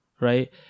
Right